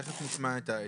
תכף נשמע את האוצר.